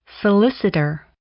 Solicitor